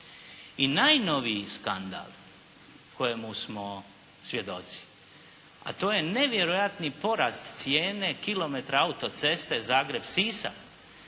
I najnoviji skandal kojemu smo svjedoci, a to je nevjerojatni porast cijene kilometra autoceste Zagreb-Sisak,